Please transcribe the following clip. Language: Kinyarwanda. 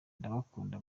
ndabakunda